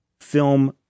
film